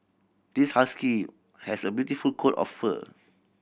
this husky has a beautiful coat of fur